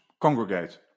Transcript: Congregate